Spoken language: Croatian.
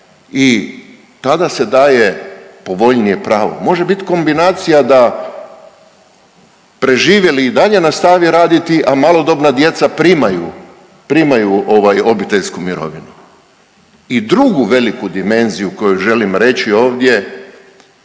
I tada se daje povoljnije pravo. Može bit kombinacija da preživjeli i dalje nastavi raditi, a malodobna djeca primaju obiteljsku mirovinu. I drugu veliku dimenziju koju želim reći ovdje